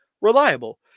reliable